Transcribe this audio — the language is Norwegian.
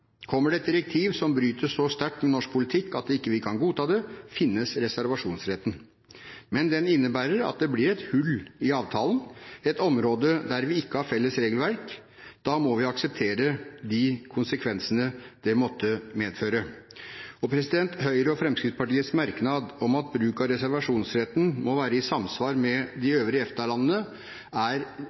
Kommer det et direktiv som bryter så sterkt med norsk politikk at vi ikke kan godta det, finnes reservasjonsretten. Men den innebærer at det blir et hull i avtalen, et område der vi ikke har felles regelverk. Da må vi akseptere de konsekvensene det måtte medføre. Høyres og Fremskrittspartiets merknad om at bruk av reservasjonsretten må være i samsvar med de øvrige EFTA-landenes, er